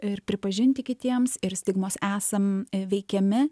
ir pripažinti kitiems ir stigmos esam veikiami